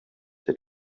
that